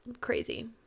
crazy